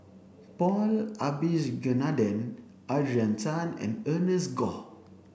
Paul Abisheganaden Adrian Tan and Ernest Goh